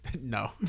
No